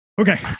Okay